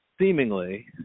seemingly